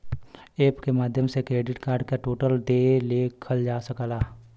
app के माध्यम से क्रेडिट कार्ड क टोटल देय देखल जा सकला